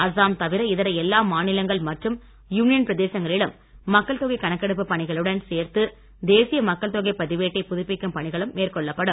அஸ்ஸாம் தவிர இதர எல்லா மாநிலங்கள் மற்றும் யூனியன் பிரதேசங்களிலும் மக்கள்தொகை கணகெடுப்பு பணிகளுடன் சேர்த்து தேசிய மக்கள் தொகை பதிவேட்டை புதுப்பிக்கும் பணிகளும் மேற்கொள்ளப்படும்